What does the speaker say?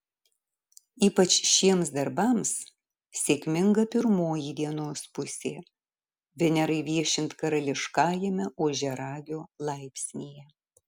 ypač šiems darbams sėkminga pirmoji dienos pusė venerai viešint karališkajame ožiaragio laipsnyje